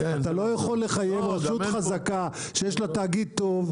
אתה לא יכול לחייב רשות חזקה שיש לה תאגיד טוב,